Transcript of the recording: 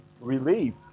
relief